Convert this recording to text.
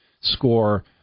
score